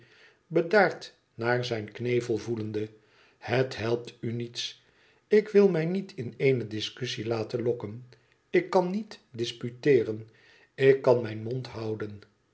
bedaard naar zijn knevel voelenae t het helpt u niets ik wil mij niet in eene discussie laten lokken ik kan niet disputeeren ik kan mijn mond houden